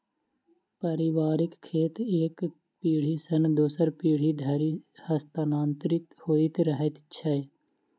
पारिवारिक खेत एक पीढ़ी सॅ दोसर पीढ़ी धरि हस्तांतरित होइत रहैत छै